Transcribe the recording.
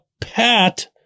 PAT